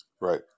Right